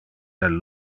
del